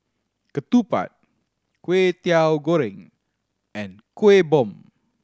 ketupat Kway Teow Goreng and Kueh Bom